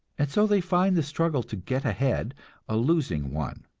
and so they find the struggle to get ahead a losing one.